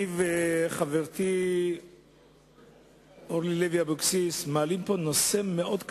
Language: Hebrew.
אני וחברתי אורלי לוי אבקסיס מעלים פה נושא מאוד כאוב.